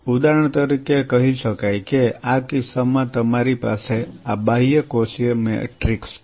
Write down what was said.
ઉદાહરણ તરીકે કહી શકાય કે આ કિસ્સામાં તમારી પાસે આ બાહ્યકોષીય મેટ્રિક્સ છે